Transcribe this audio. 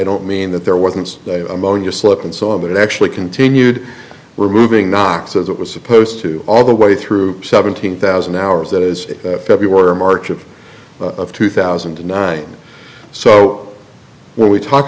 don't mean that there wasn't that ammonia slip and so on that it actually continued removing knox as it was supposed to all the way through seventeen thousand hours that is february march of two thousand and nine so when we talk